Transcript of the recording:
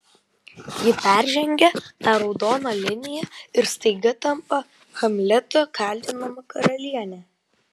ji peržengia tą raudoną liniją ir staiga tampa hamleto kaltinama karaliene